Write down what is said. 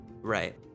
Right